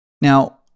Now